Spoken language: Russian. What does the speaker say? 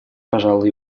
пожала